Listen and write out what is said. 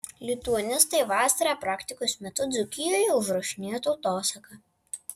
lituanistai vasarą praktikos metu dzūkijoje užrašinėjo tautosaką